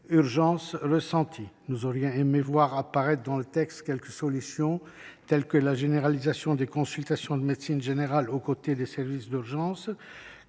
urgences ressenties ». Nous aurions aimé voir apparaître dans le texte quelques solutions telles que la généralisation des consultations de médecine générale aux côtés des services d’urgence,